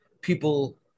people